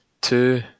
Two